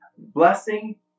blessing